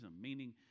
meaning